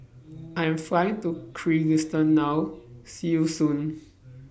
I Am Flying to Kyrgyzstan now See YOU Soon